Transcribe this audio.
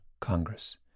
Congress